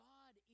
God